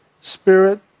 spirit